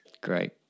Great